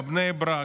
בבני ברק,